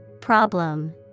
Problem